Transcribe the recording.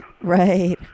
Right